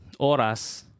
oras